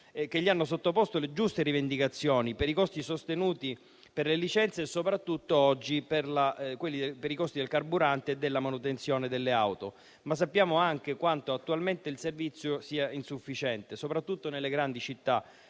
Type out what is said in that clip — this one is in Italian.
che gli hanno sottoposto le giuste rivendicazioni per i costi sostenuti per le licenze e soprattutto, oggi, per i costi del carburante e della manutenzione delle auto. Sappiamo anche, però, quanto attualmente il servizio sia insufficiente, soprattutto nelle grandi città,